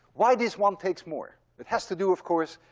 why this one takes more. it has to do, of course,